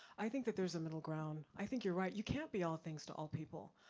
i think that there's a middle ground, i think you're right. you can't be all things, to all people.